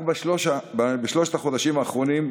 רק בשלושת החודשים האחרונים,